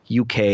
UK –